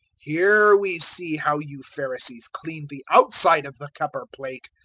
here we see how you pharisees clean the outside of the cup or plate,